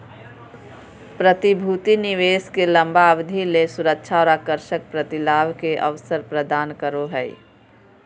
प्रतिभूति निवेश के लंबा अवधि ले सुरक्षा और आकर्षक प्रतिलाभ के अवसर प्रदान करो हइ